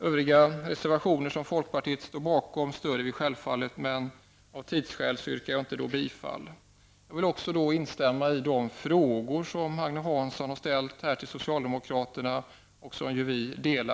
Övriga reservationer som folkpartiet står bakom stöder vi självfallet, men av tidsskäl yrkar jag inte bifall till dessa. Jag instämmer också i de frågor som Agne Hansson ställt till socialdemokraterna.